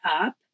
up